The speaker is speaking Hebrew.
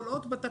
כל אות בתקנות.